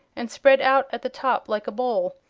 and spread out at the top like a bowl.